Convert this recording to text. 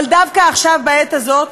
אבל דווקא עכשיו, בעת הזאת,